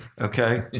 Okay